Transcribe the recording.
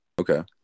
Okay